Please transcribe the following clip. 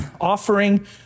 offering